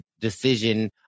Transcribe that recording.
decision